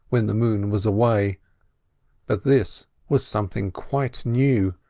when the moon was away but this was something quite new,